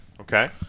okay